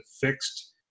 fixed